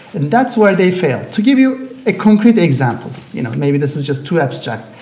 and that's where they failed. to give you a concrete example, you know, maybe this is just to abstract.